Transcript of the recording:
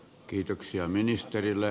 kiitoksia ministerille